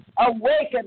Awaken